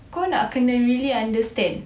kau nak kene really understand